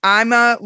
I'ma